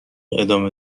ادامه